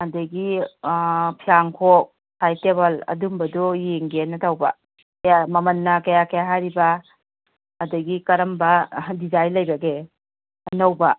ꯑꯗꯒꯤ ꯐꯤꯌꯥꯟꯈꯣꯛ side table ꯑꯗꯨꯝꯕꯗꯨ ꯌꯦꯡꯒꯦꯅ ꯇꯧꯕ ꯀꯌꯥ ꯃꯃꯟꯅ ꯀꯌꯥ ꯀꯌꯥ ꯍꯥꯏꯔꯤꯕ ꯑꯗꯒꯤ ꯀꯔꯝꯕ ꯗꯤꯖꯥꯏꯟ ꯂꯩꯕꯒꯦ ꯑꯅꯧꯕ